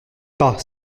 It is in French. pas